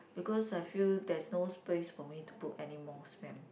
because I feel there's no space for me to put any more spam